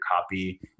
copy